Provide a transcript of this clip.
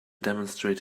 demonstrate